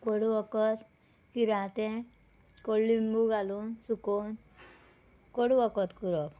कोडू वखद किरांटें कोड लिंबू घालून सुकोवून कोडू वखद करप